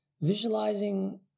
visualizing